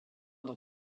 dans